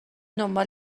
دنبال